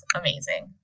amazing